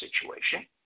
situation